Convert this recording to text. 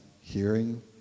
hearing